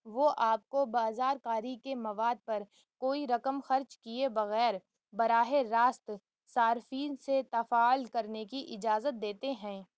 وہ آپ کو بازار کاری کے مواد پر کوئی رقم خرچ کیے بغیر براہِ راست صارفین سے تفاعل کرنے کی اجازت دیتے ہیں